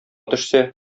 төшсә